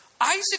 Isaac